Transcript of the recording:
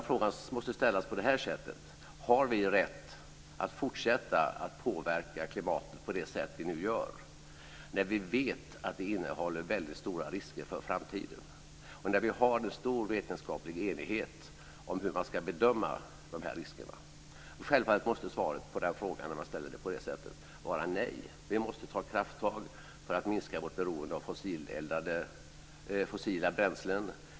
Frågan måste ställas på detta sätt: Har vi rätt att fortsätta att påverka klimatet på det sätt vi nu gör, när vi vet att det innebär väldigt stora risker för framtiden och när vi har en stor vetenskaplig enighet om hur man ska bedöma dessa risker? Självfallet måste svaret på den frågan, om man ställer den på det sättet, vara nej. Vi måste ta krafttag för att minska vårt beroende av fossila bränslen.